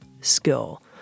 skill